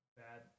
bad